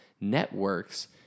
networks